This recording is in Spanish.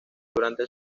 durante